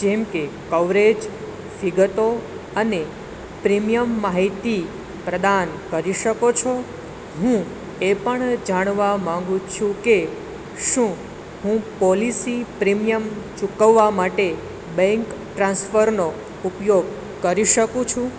જેમ કે કવરેજ વિગતો અને પ્રીમિયમ માહિતી પ્રદાન કરી શકો છો હું એ પણ જાણવા માંગુ છું કે શું હું પોલિસી પ્રીમિયમ ચૂકવવા માટે બેંક ટ્રાન્સફર નો ઉપયોગ કરી શકું છું